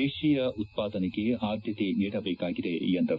ದೇಶೀಯ ಉತ್ಪಾದನೆಗೆ ಆದ್ದತೆ ನೀಡಬೇಕಾಗಿದೆ ಎಂದರು